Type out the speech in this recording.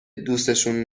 دوسشون